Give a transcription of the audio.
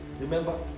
remember